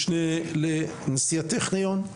משנה לנשיא הטכניון.